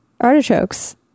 artichokes